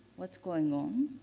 what's going on?